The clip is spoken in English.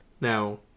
Now